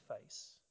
face